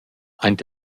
aint